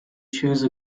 choose